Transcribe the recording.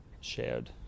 shared